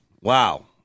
Wow